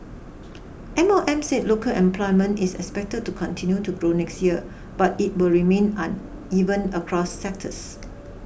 M O M said local employment is expected to continue to grow next year but it will remain uneven across sectors